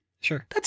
Sure